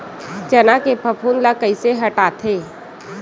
चना के फफूंद ल कइसे हटाथे?